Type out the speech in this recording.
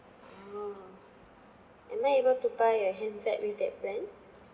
oh and not enough to buy a handset with that plan